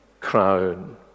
crown